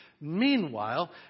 Meanwhile